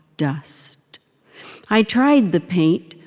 dust i tried the paint,